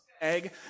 egg